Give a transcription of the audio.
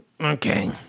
Okay